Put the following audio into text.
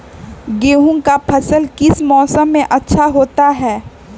गेंहू का फसल किस मौसम में अच्छा होता है?